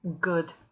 good